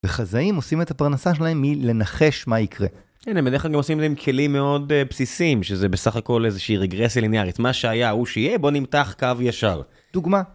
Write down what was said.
וחזאים עושים את הפרנסה שלהם מלנחש מה יקרה. הנה, בדרך כלל הם עושים את זה עם כלים מאוד בסיסיים שזה בסך הכל איזה שהיא רגרסיה ליניארית - מה שהיה הוא שיהיה, בוא נמתח קו ישר. דוגמה: